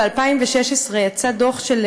ב-2016 יצא דוח,